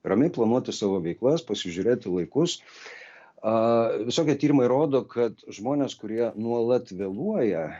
ramiai planuoti savo veiklas pasižiūrėti laikus a visokie tyrimai rodo kad žmonės kurie nuolat vėluoja